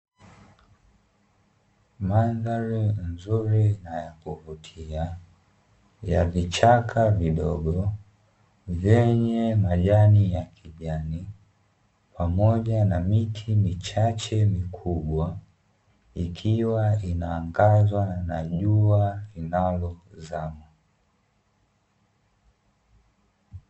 Mandhari nzuri na ya kuvutia ya vichaka vidogo vyenye majani ya kijani pamoja na miti michache mikubwa, ikiwa inaangazwa na jua linalozama.